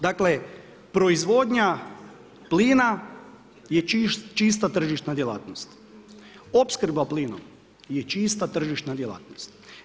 Dakle, proizvodnja plina, je čista tržišna djelatnost, opskrba plinom je čista tržišna djelatnost.